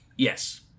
Yes